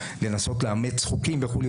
לנסות לאמץ חוקים וכו'.